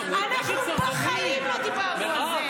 אנחנו בחיים לא דיברנו על זה.